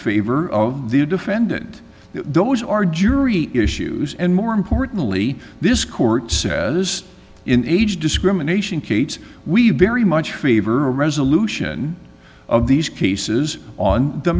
favor of the defendant those are jury issues and more importantly this court says in age discrimination cates we very much favor a resolution of these cases on the